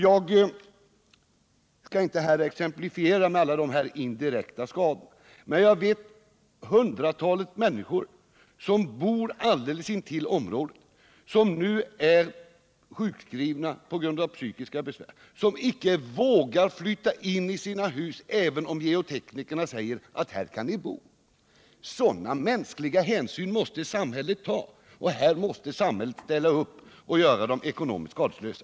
Jag skall inte här räkna upp alla olika typer av indirekta skador som uppstått, men jag känner till hundratalet människor som bor alldeles intill området och som nu är sjukskrivna på grund av psykiska besvär och icke vågar flytta in i sina hus, även om geoteknikerna säger att de kan bo där. I sådana fall måste samhället ta mänskliga hänsyn, och samhället måste ställa upp och hålla dessa människor skadeslösa.